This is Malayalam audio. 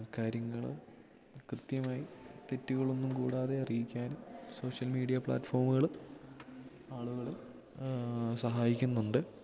കാര്യങ്ങൾ കൃത്യമായി തെറ്റുകളൊന്നും കൂടാതെ അറിയിക്കാനും സോഷ്യൽ മീഡിയ പ്ലാറ്റ്ഫോമുകൾ ആളുകൾ സഹായിക്കുന്നുണ്ട്